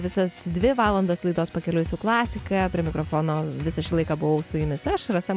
visas dvi valandas laidos pakeliui su klasika prie mikrofono visą šį laiką buvau su jumis aš rasa